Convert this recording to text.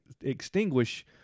extinguish